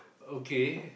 okay